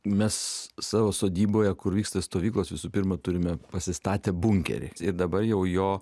mes savo sodyboje kur vyksta stovyklos visų pirma turime pasistatę bunkerį ir dabar jau jo